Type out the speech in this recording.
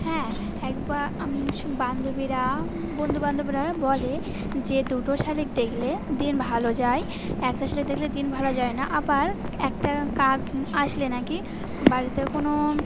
হ্যাঁ একবার বান্ধবীরা বন্ধুবান্ধবীরা বলে যে দুটো শালিখ দেখলে দিন ভালো যায় একটা শালিখ দেখলে দিন ভালো যায় না আবার একটা কাক আসলে নাকি বাড়িতে কোনো